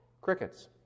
crickets